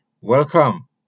Welcome